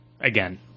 again